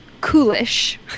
Coolish